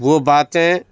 وہ باتیں